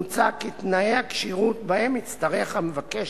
מוצע כי תנאי הכשירות שבהם יצטרך המבקש